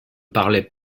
parlait